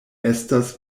estas